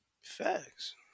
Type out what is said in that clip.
Facts